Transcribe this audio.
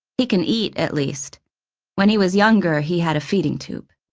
he can eat, at least when he was younger, he had a feeding tube.